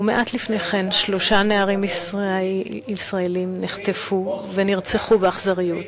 ומעט לפני כן שלושה נערים ישראלים נחטפו ונרצחו באכזריות,